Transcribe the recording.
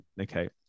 okay